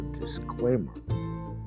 disclaimer